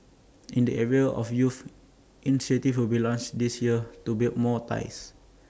in the area of youth initiatives will be launched this year to build more ties